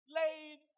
laid